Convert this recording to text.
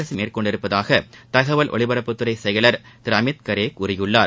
அரசு மேற்கொண்டுள்ளதாக தகவல் ஒலிபரப்புத்துறை செயலர் திரு அமித் கரே கூறியுள்ளார்